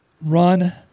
run